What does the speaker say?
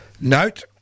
note